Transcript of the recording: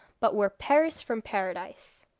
but were peris from paradise.